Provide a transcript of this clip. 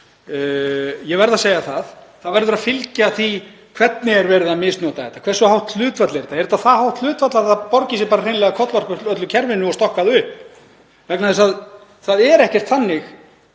ég verð að segja það. Það verður að fylgja því hvernig verið er að misnota þetta. Hversu hátt hlutfall er þetta? Er þetta það hátt hlutfall að það borgi sig hreinlega að kollvarpa öllu kerfinu og stokka það upp? Vegna þess að það er ekkert þannig